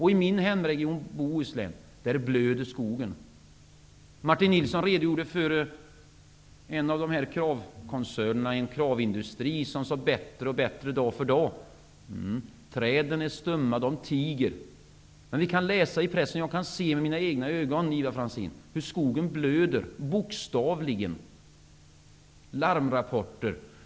I min hemregion, Bohuslän, blöder skogen. Martin Nilsson redogjorde för en av kravkoncernerna i en kravindustri som sade att det skall bli bättre och bättre dag för dag. Träden är stumma. De tiger. Men vi kan läsa i pressen och jag kan se med mina egna ögon, Ivar Franzén, hur skogen blöder -- bokstavligen. Det kommer larmrapporter.